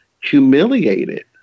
humiliated